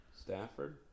Stafford